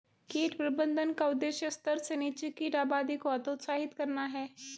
कीट प्रबंधन का उद्देश्य स्तर से नीचे कीट आबादी को हतोत्साहित करना है